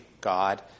God